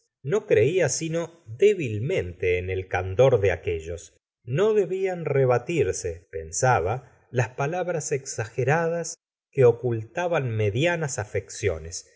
no creia sino débilmente en el candor de aquéllos no debían rebatirse pensaba las palabras exageradas que ocultaban medianas afecciones